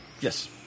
yes